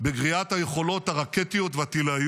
בגריעת היכולות הרקטיות והטיליות